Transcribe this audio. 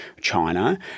China